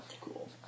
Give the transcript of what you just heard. cool